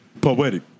Poetic